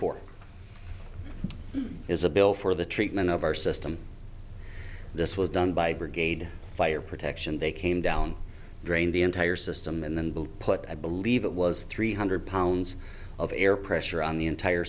four is a bill for the treatment of our system this was done by brigade fire protection they came down drained the entire system and then built put i believe it was three hundred pounds of air pressure on the entire